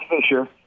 Fisher